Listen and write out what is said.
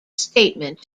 statement